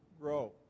grow